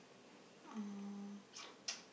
uh